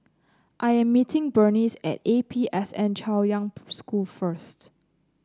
I am meeting Berneice at A P S N Chaoyang School first